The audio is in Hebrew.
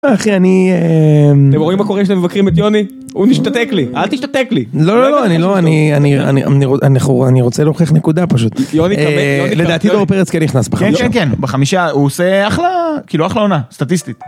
אחי אני, אה... אתם רואים מה קורה כשאתם מבקרים את יוני? הוא משתתק לי. אל תשתתק לי! לא לא לא, אני לא, אני, אני, אני, אני רוצה להוכיח נקודה פשוט, יוני, יוני, לדעתי לאו פרץ כן נכנס בחמישה, כן כן כן, בחמישה הוא עושה אחלה, כאילו אחלה עונה, סטטיסטית.